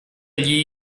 gli